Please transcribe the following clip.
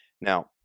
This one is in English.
Now